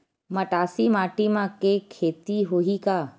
मटासी माटी म के खेती होही का?